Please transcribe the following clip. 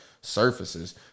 surfaces